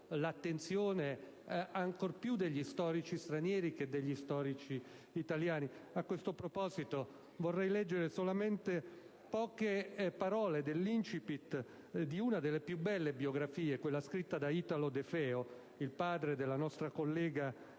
l'attenzione degli storici stranieri ancor più che degli storici italiani. A questo proposito vorrei leggere solamente poche parole dell'*incipit* di una delle più belle biografie, scritta da Italo De Feo, il padre della nostra collega